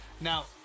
Now